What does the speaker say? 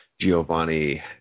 Giovanni